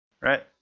right